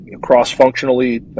cross-functionally